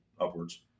upwards